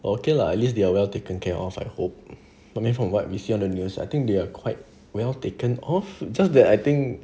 okay lah at least they are well taken care of I hope coming from what we see on the news I think they are quite well taken of just that I think